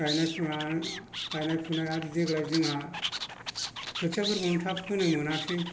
गायनाय फुनाय आरो देग्लाय जोंहा खोथियाफोरखौनो थाब फोनो मोनासै